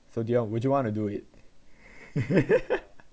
so dion would you want to do it